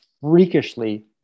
freakishly